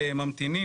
ממתינים.